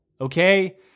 Okay